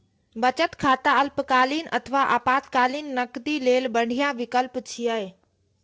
बचत खाता अल्पकालीन अथवा आपातकालीन नकदी लेल बढ़िया विकल्प छियै